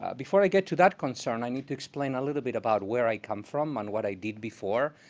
before i get to that concern, i need to explain a little bit about where i come from, and what i did before.